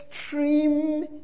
extreme